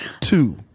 two